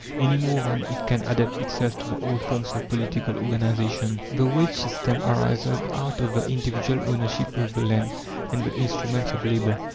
any more than it can adapt itself to the old forms of political organization. the wage system arises out of the individual ownership of the land and the instruments of labour.